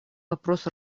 вопрос